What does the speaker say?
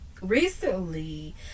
recently